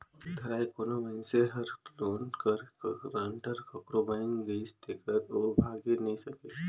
एक धाएर कोनो मइनसे हर लोन कर गारंटर काकरो बइन गइस तेकर ओ भागे नी सके